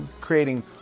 creating